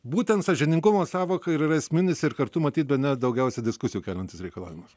būtent sąžiningumo sąvoka ir yra esminis ir kartu matyt bene daugiausiai diskusijų keliantis reikalavimas